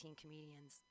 comedians